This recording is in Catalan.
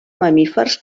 mamífers